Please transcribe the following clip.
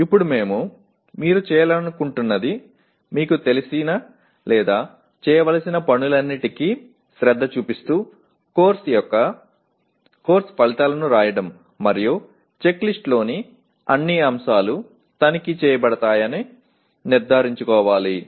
ఇప్పుడు మేము మీరు చేయాలనుకుంటున్నది మీకు తెలిసిన లేదా చేయవలసిన పనులన్నింటికీ శ్రద్ధ చూపిస్తూ కోర్సు యొక్క కోర్సు ఫలితాలను రాయడం మరియు చెక్లిస్ట్లోని అన్ని అంశాలు తనిఖీ చేయబడ్డాయని నిర్ధారించుకోవాలి